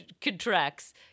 contracts